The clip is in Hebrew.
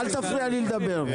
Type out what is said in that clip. אל תפריע לי לדבר.